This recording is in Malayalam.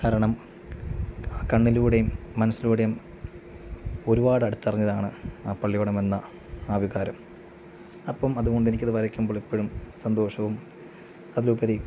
കാരണം കണ്ണിലൂടെയും മനസ്സിലൂടെയും ഒരുപാട് അടുത്തറിഞ്ഞതാണ് ആ പള്ളിയോടമെന്ന ആ വികാരം അപ്പം അതുകൊണ്ട് എനിക്കത് വരയ്ക്കുമ്പോൾ എപ്പോഴും സന്തോഷവും അതിലുപരി